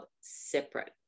separate